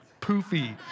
poofy